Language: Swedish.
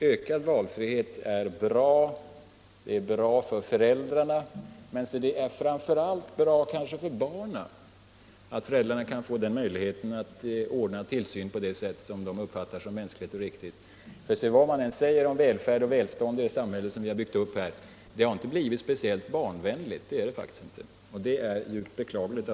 Ökad valfrihet är bra för föräldrarna, men det är kanske framför allt bra för barnen att föräldrarna kan få möjlighet att ordna tillsyn på det sätt som de uppfattar som mänskligt och riktigt. Vad man än säger om välfärd och välstånd i det samhälle som vi har byggt upp — det har faktiskt inte blivit speciellt barnvänligt, och det är djupt beklagligt.